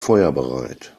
feuerbereit